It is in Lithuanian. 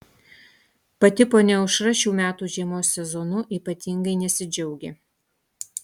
pati ponia aušra šių metų žiemos sezonu ypatingai nesidžiaugia